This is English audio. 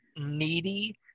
needy